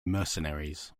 mercenaries